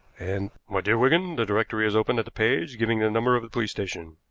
and my dear wigan, the directory is open at the page giving the number of the police station.